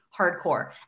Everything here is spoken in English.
Hardcore